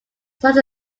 such